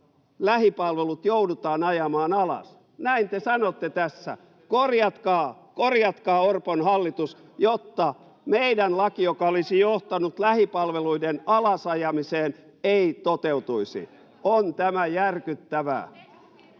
lähipalvelut joudutaan ajamaan alas. Näin te sanotte tässä: korjatkaa, Orpon hallitus, jotta meidän laki, joka olisi johtanut lähipalveluiden alasajamiseen, ei toteutuisi. On tämä järkyttävää.